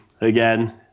again